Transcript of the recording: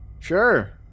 Sure